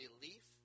belief